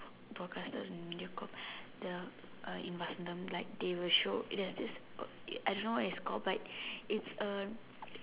broadcasted in MediaCorp the uh in Vasantham like they will show there's this uh I don't know what it's called but it's a